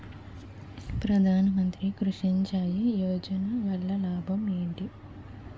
ప్రధాన మంత్రి కృషి సించాయి యోజన వల్ల లాభం ఏంటి?